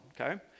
okay